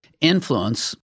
influence